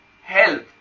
health